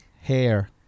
Hair